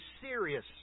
serious